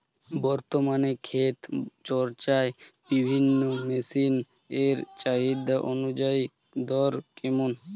বর্তমানে ক্ষেত চষার বিভিন্ন মেশিন এর চাহিদা অনুযায়ী দর কেমন?